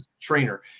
trainer